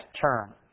term